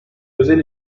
özel